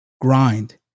grind